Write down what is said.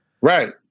Right